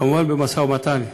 כמובן, במשא-ומתן נחליט.